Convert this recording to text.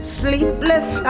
sleepless